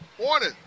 morning